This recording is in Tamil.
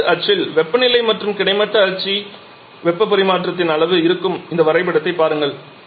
செங்குத்து அச்சில் வெப்பநிலை மற்றும் கிடைமட்ட அச்சில் வெப்ப பரிமாற்றத்தின் அளவு இருக்கும் இந்த வரைபடத்தைப் பாருங்கள்